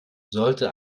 sollte